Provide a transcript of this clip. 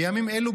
בימים אלה,